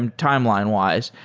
um timeline-wise,